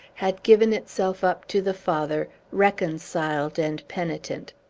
had given itself up to the father, reconciled and penitent.